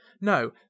No